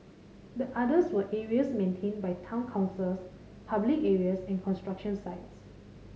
the others were areas maintained by town councils public areas and construction sites